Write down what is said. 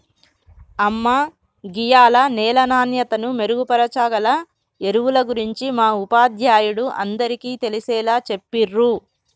అమ్మ గీయాల నేల నాణ్యతను మెరుగుపరచాగల ఎరువుల గురించి మా ఉపాధ్యాయుడు అందరికీ తెలిసేలా చెప్పిర్రు